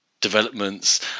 developments